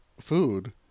food